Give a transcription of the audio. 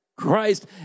Christ